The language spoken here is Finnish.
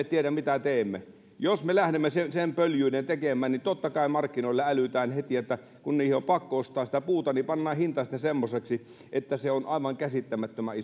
tiedä mitä teemme jos me lähdemme sen sen pöljyyden tekemään niin totta kai markkinoilla älytään heti että kun on pakko ostaa sitä puuta niin pannaan hinta sitten semmoiseksi että se on aivan käsittämättömän